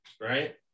right